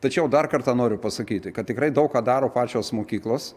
tačiau dar kartą noriu pasakyti kad tikrai daug ką daro pačios mokyklos